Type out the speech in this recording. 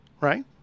right